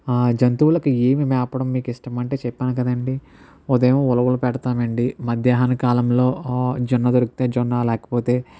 జంతువులకి ఏమి మేపడం మీకు ఇష్టమంటే చెప్పాను కదండీ ఉదయం ఉలవలు పెడుతాము అండి మధ్యాహ్న కాలంలో జొన్న దొరికితే జొన్న లేకపోతే